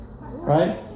right